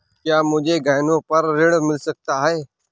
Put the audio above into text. क्या मुझे गहनों पर ऋण मिल सकता है?